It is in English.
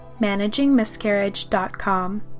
managingmiscarriage.com